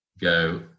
go